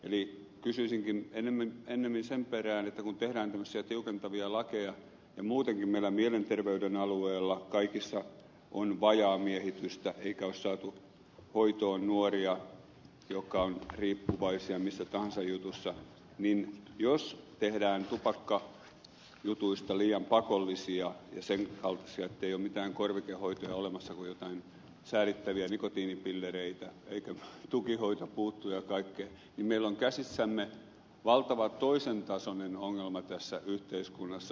eli kysyisinkin ennemmin sen perään että kun tehdään tämmöisiä tiukentavia lakeja ja muutenkin meillä mielenterveyden alueella kaikessa on vajaamiehitystä eikä ole saatu hoitoon nuoria jotka ovat riippuvaisia mistä tahansa jutusta niin jos tehdään tupakkajutuista liian pakollisia ja sen kaltaisia ettei ole mitään korvikehoitoja olemassa kuin jotain säälittäviä nikotiinipillereitä tukihoito puuttuu ja kaikkea niin meillä on käsissämme valtava toisentasoinen ongelma tässä yhteiskunnassa